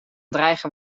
dreigen